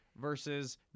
versus